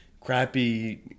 crappy